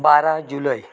बारा जुलय